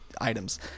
items